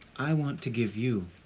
i want to give you